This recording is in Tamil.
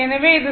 எனவே இது 7